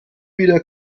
wieder